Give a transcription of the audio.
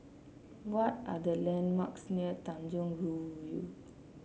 what are the landmarks near Tanjong Rhu View